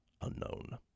Unknown